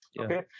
Okay